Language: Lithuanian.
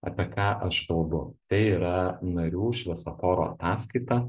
apie ką aš kalbu tai yra narių šviesoforo ataskaita